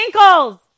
ankles